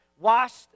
washed